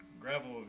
gravel